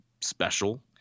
special